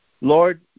Lord